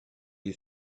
you